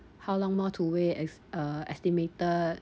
how long more to wait est~ uh estimated